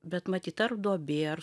bet matyt ar duobė ar